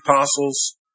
apostles